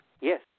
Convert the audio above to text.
Yes